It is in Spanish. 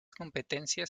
competencias